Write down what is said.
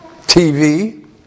TV